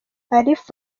alif